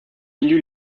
élu